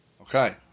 Okay